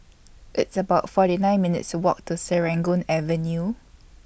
It's about forty nine minutes' Walk to Serangoon Avenue